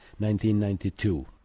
1992